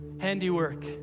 handiwork